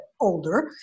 older